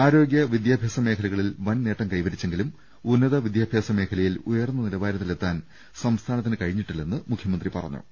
ആരോഗൃ വിദ്യാഭ്യാസ മേഖ ലകളിൽ വൻനേട്ടം കൈവരിച്ചെങ്കിലും ഉന്നത വിദ്യാഭ്യാസ മേഖലയിൽ ഉയർന്ന നിലവാരത്തിൽ എത്താൻ സംസ്ഥാനത്തിന് കഴിഞ്ഞിട്ടില്ലെന്ന് മുഖ്യ മന്ത്രി പറഞ്ഞു